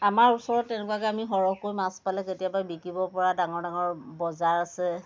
আমাৰ ওচৰত তেনেকুৱাকৈ আমি সৰহকৈ মাছ পালে কেতিয়াবা বিক্ৰীব পৰা ডাঙৰ ডাঙৰ বজাৰ আছে